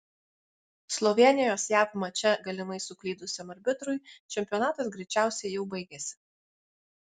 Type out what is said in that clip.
slovėnijos jav mače galimai suklydusiam arbitrui čempionatas greičiausiai jau baigėsi